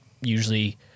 usually